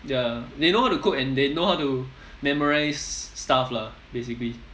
ya they know how to code and they know how to memorise stuff lah basically